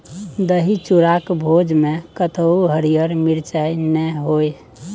दही चूड़ाक भोजमे कतहु हरियर मिरचाइ नै होए